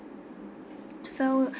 so